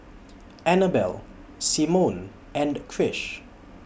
Annabell Simone and Krish